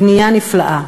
בנייה נפלאה.